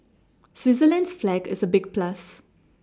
Switzerland's flag is a big plus